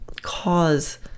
cause